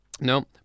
no